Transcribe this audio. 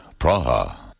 Praha